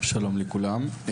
שלום לכולם,